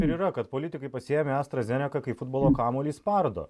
ir yra kad politikai pasiėmę astra zeneką kaip futbolo kamuolį spardo